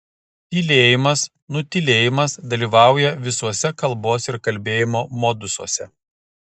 tylėjimas nutylėjimas dalyvauja visuose kalbos ir kalbėjimo modusuose